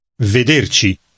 Vederci